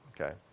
Okay